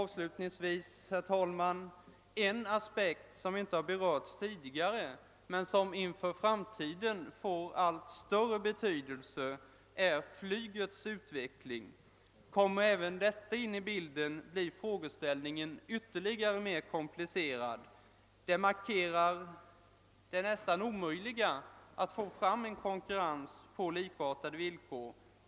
En aspekt, som inte har berörts tidigare, men som inför framtiden får allt större betydelse är flygets utveckling. Kommer även denna in i bilden blir frågeställningen ytterligare komplicerad. Den markerar det nästan omöjliga i att få fram konkurrens på likartade villkor.